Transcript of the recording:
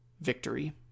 victory